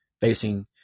facing